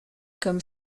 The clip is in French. comme